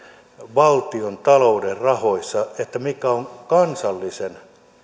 valtiontalouden rahoissa niihin mitkä ovat kansallisen